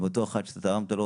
עם אותו אחד שאתה תרמת לו.